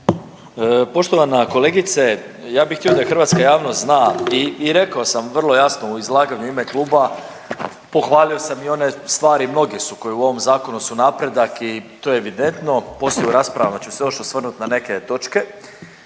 Poštovana kolegice, ja bih htio da hrvatska javnost zna i rekao sam vrlo jasno u izlaganju u ime kluba pohvalio sam i one stvari mnoge su koje su u ovom zakonu napredak i to je evidentno, poslije u raspravama ću se još osvrnut na neke točke,